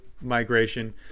migration